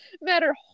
matter